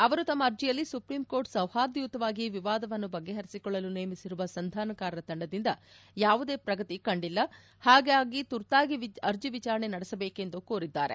ಅವರು ತಮ್ಮ ಅರ್ಜಿಯಲ್ಲಿ ಸುಪ್ರೀಂ ಕೋರ್ಟ್ ಸೌಹಾರ್ದಯುತವಾಗಿ ವಿವಾದವನ್ನು ಬಗೆಹರಿಸಿಕೊಳ್ಳಲು ನೇಮಿಸಿರುವ ಸಂಧಾನಕಾರರ ತಂಡದಿಂದ ಯಾವುದೇ ಪ್ರಗತಿ ಕಂಡಿಲ್ಲ ಹಾಗಾಗಿ ತುರ್ತಾಗಿ ಅರ್ಜಿ ವಿಚಾರಣೆ ನಡೆಸಬೇಕು ಎಂದು ಕೋರಿದ್ದಾರೆ